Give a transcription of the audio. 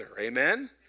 amen